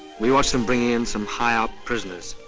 we watched them bringing in some high-op prisoners.